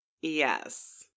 yes